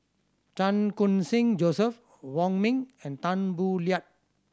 Chan Khun Sing Joseph Wong Ming and Tan Boo Liat